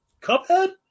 Cuphead